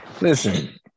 Listen